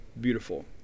beautiful